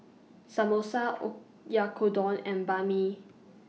Samosa Oyakodon and Banh MI